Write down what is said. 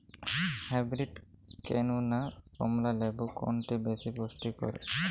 Hybrid কেনু না কমলা লেবু কোনটি বেশি পুষ্টিকর?